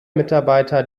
mitarbeiter